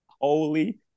Holy